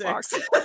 six